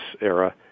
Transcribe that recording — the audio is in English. era